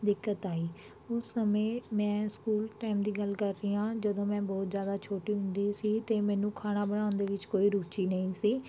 ਦਿੱਕਤ ਆਈ ਉਸ ਸਮੇਂ ਮੈਂ ਸਕੂਲ ਟਾਇਮ ਦੀ ਗੱਲ ਕਰ ਰਹੀ ਹਾਂ ਜਦੋਂ ਮੈਂ ਬਹੁਤ ਜ਼ਿਆਦਾ ਛੋਟੀ ਹੁੰਦੀ ਸੀ ਅਤੇ ਮੈਨੂੰ ਖਾਣਾ ਬਣਾਉਣ ਦੇ ਵਿੱਚ ਕੋਈ ਰੁਚੀ ਨਹੀਂ ਸੀ